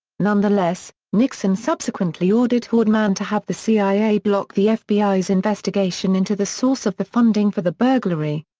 nonetheless, nixon subsequently ordered haldeman to have the cia block the fbi's investigation into the source of the funding for the burglary.